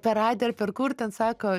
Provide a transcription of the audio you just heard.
per radiją ar per kur ten sako